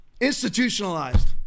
institutionalized